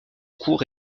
cours